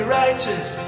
righteous